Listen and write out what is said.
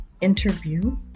interview